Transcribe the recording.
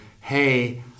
hey